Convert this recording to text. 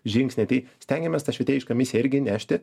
žingsniai tai stengiamės tą švietėjišką misiją irgi nešti